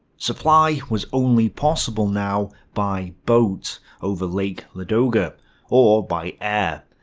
supply was only possible now by boat over lake ladoga or by air.